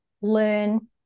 learn